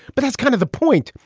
but that's kind of the point.